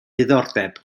diddordeb